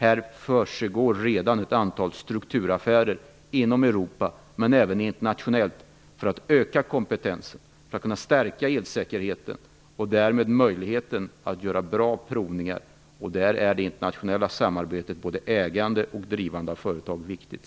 Det försiggår redan ett antal strukturaffärer inom Europa, och även internationellt, för att öka kompetensen, stärka elsäkerheten och därmed möjligheten att göra bra provningar. Det internationella samarbetet är både när det gäller ägande och drivande av företag viktigt.